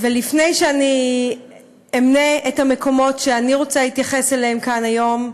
ולפני שאני אמנה את המקומות שאני רוצה להתייחס אליהם כאן היום,